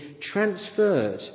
transferred